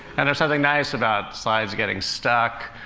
and there's something nice about slides getting stuck.